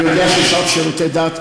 אני יודע שיש שעות שירותי דת,